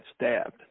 stabbed